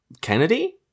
kennedy